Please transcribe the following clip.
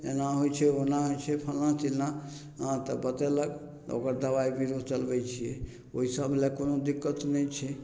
एना होइ छै ओना होइ छै फलाँ चिलाँ हँ तऽ बतेलक तऽ ओकर दबाइ बिर्रो चलबय छियै ओइ सब लए कोनो दिक्कत नहि छै